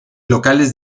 locales